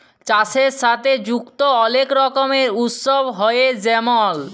চাষের সাথে যুক্ত অলেক রকমের উৎসব হ্যয়ে যেমল